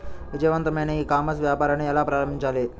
విజయవంతమైన e commerce వ్యాపారాన్ని ఎలా ప్రారంభించాలి?